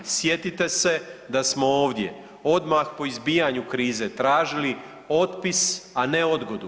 Sjetite se da smo ovdje odmah po izbijanju krize tražili otpis, a ne odgodu.